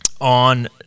on